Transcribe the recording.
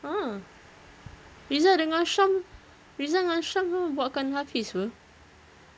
a'ah rizal dengan syam rizal dengan syam semua buatkan hafiz [pe]